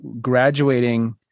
graduating